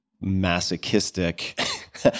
masochistic